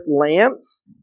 lamps